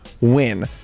win